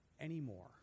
anymore